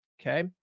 okay